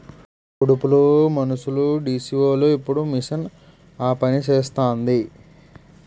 ఉడుపులు మనుసులుడీసీవోలు ఇప్పుడు మిషన్ ఆపనిసేస్తాంది